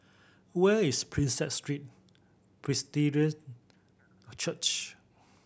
where is Prinsep Street Presbyterian Church